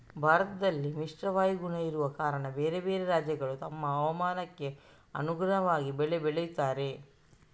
ಭಾರತದಲ್ಲಿ ಮಿಶ್ರ ವಾಯುಗುಣ ಇರುವ ಕಾರಣ ಬೇರೆ ಬೇರೆ ರಾಜ್ಯಗಳು ತಮ್ಮ ಹವಾಮಾನಕ್ಕೆ ಅನುಗುಣವಾಗಿ ಬೆಳೆ ಬೆಳೀತಾರೆ